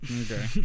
okay